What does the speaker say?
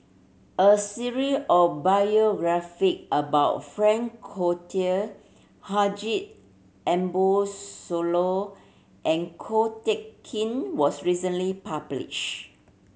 a series of biography about Frank Cloutier Haji Ambo Sooloh and Ko Teck Kin was recently publish